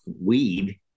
weed